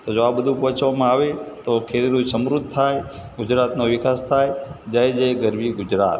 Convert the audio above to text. તો જો આ બધું પહોંચવામાં આવે તો ખેડૂત સમૃદ્ધ થાય ગુજરાતનો વિકાસ થાય જય જય ગરવી ગુજરાત